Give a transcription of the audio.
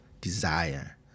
desire